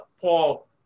Paul